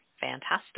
fantastic